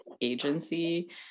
agency